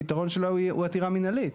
הפתרון שלו הוא עתירה מנהלית.